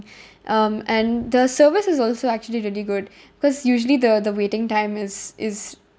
um and the service is also actually really good cause usually the the waiting time is is